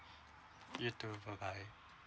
you too bye bye